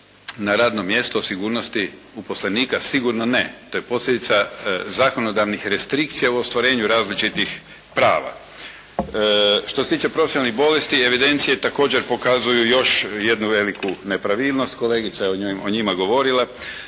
na radnom mjestu o sigurnosti uposlenika? Sigurno ne. To je posljedica zakonodavnih restrikcija u ostvarenju različitih prava. Što se tiče profesionalnih bolesti evidencije također pokazuju još jednu veliku nepravilnost. Kolegica je o njima govorila.